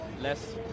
less